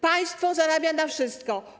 Państwo zarabia na wszystkim.